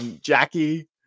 Jackie